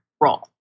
role